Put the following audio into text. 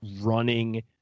running